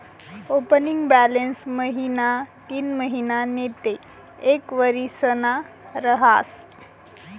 opening balance महिना तीनमहिना नैते एक वरीसना रहास